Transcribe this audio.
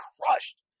crushed